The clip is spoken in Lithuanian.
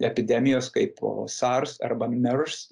epidemijos kaipo sars arba mers